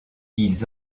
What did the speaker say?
ils